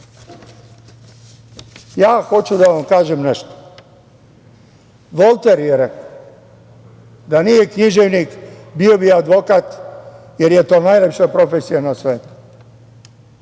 tačno. Hoću da vam kažem nešto. Volter je rekao – da nije književnik, bio bi advokat, jer je to najlepša profesija na svetu.